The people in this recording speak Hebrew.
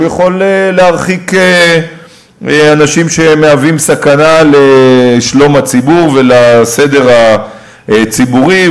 הוא יכול להרחיק אנשים שמהווים סכנה לשלום הציבור ולסדר הציבורי.